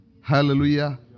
hallelujah